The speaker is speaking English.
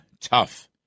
tough